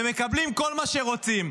ומקבלים כל מה שרוצים.